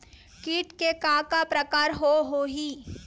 कीट के का का प्रकार हो होही?